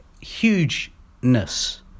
hugeness